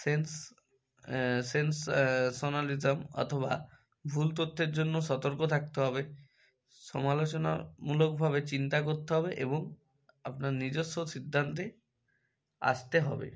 sense sensationalism অথবা ভুল তথ্যের জন্য সতর্ক থাকতে হবে সমালোচনা মূলকভাবে চিন্তা করতে হবে এবং আপনার নিজস্ব সিদ্ধান্তে আসতে হবে